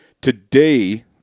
Today